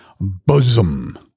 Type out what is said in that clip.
bosom